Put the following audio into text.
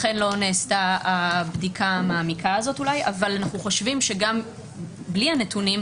לכן לא נעשתה בדיקה מעמיקה אולי אבל אנחנו חושבים שגם בלי הנתונים,